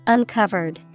Uncovered